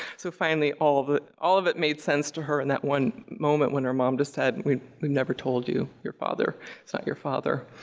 so finally all of ah all of it made sense to her in that one moment when her mom decided, we've we've never told you, your father is not your father.